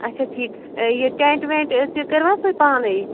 اچھا ٹھیٖک یہِ ٹٮ۪نٛٹ وٮ۪نٛٹ تہِ کٔرِوا تُہۍ پانَے